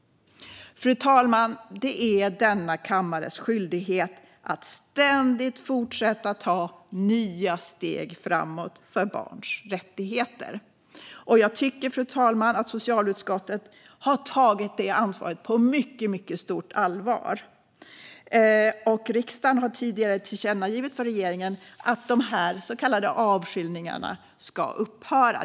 Fru talman! Det är denna kammares skyldighet att ständigt fortsätta att ta nya steg framåt för barns rättigheter. Jag tycker att socialutskottet har tagit detta ansvar på mycket stort allvar. Riksdagen har tidigare tillkännagivit till regeringen att dessa så kallade avskiljningar ska upphöra.